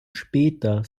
später